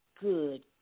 good